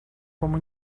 como